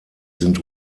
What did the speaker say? sind